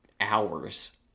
hours